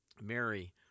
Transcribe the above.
Mary